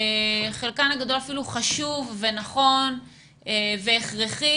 חלקן הגדול אפילו חשוב, נכון והכרחי,